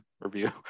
review